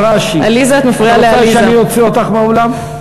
עליזה בראשי, את רוצה שאני אוציא אותך מהאולם?